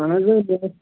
اَہَن حظ